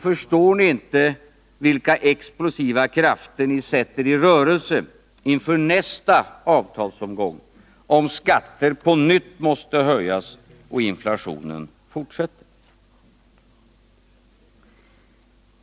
Förstår ni inte, vilka explosiva krafter ni sätter i rörelse inför nästa avtalsomgång, om skatter på nytt måste höjas och inflationen fortsätter?